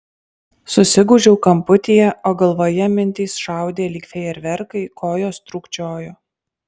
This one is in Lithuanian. susigūžiau kamputyje o galvoje mintys šaudė lyg fejerverkai kojos trūkčiojo